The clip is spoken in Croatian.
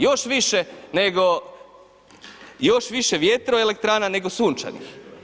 Još više nego, još više vjetroelektrana nego sunčanih.